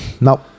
Nope